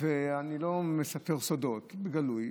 ואני לא מספר סודות בגלוי,